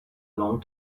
long